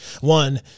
one